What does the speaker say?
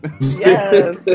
yes